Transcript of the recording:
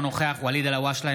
אינו נוכח ואליד אלהואשלה,